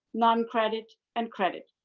noncredit and credit.